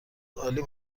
عالی